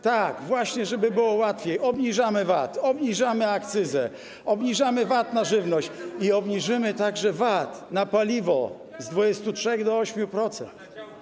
Tak, właśnie, żeby było łatwiej, obniżamy VAT, obniżamy akcyzę, obniżamy VAT na żywność i obniżymy także VAT na paliwo z 23% do 8%.